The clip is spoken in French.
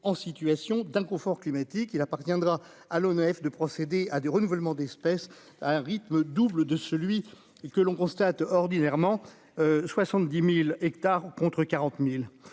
en situation d'inconfort climatique, il appartiendra à l'ONF de procéder à des renouvellements d'espèces à un rythme double de celui que l'on constate ordinairement 70000 hectares contre 40000